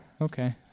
okay